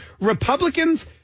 Republicans